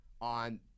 on